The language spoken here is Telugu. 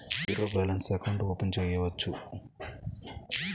జీరో బాలన్స్ తో అకౌంట్ ఓపెన్ చేయవచ్చు?